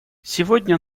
сегодня